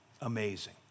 amazing